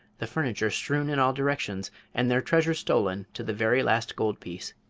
the furniture strewn in all directions and their treasure stolen to the very last gold piece.